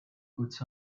puts